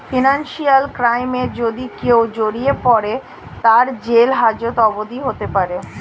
financial ক্রাইমে যদি কেও জড়িয়ে পরে, তার জেল হাজত অবদি হতে পারে